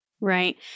Right